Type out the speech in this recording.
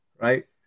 Right